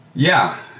yeah.